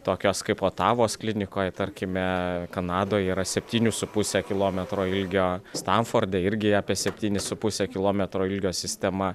tokios kaip otavos klinikoje tarkime kanadoje yra septynių su puse kilometro ilgio stanforde irgi apie septynis su puse kilometro ilgio sistema